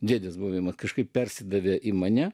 dėdės buvimą kažkaip persidavė į mane